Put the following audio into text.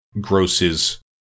grosses